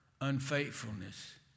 unfaithfulness